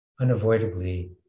unavoidably